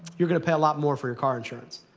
you're going to pay a lot more for your car insurance.